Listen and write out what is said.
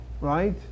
right